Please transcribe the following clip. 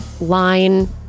line